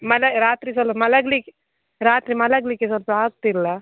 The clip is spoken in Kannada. ಮಲಗ ರಾತ್ರಿ ಸೊಲ್ಪ್ ಮಲಗಲಿಕ್ಕೆ ರಾತ್ರಿ ಮಲಗಲಿಕ್ಕೆ ಸ್ವಲ್ಪ ಆಗ್ತಿಲ್ಲ